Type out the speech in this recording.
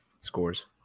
scores